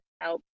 help